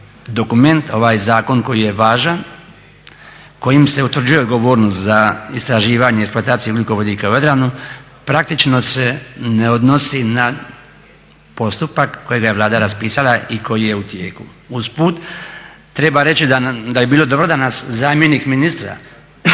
dokument, ovaj zakon koji je važan, kojim se utvrđuje odgovornost za istraživanje, eksploataciju ugljikovodika u Jadranu praktično se ne odnosi na postupak kojega je Vlada raspisala i koji je u tijeku. Usput treba reći da bi bilo dobro da nas zamjenik ministra